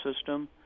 system